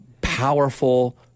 powerful